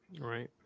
Right